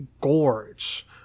gorge